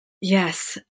Yes